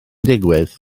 digwydd